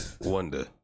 Wonder